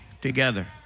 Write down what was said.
together